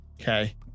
okay